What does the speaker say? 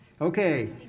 Okay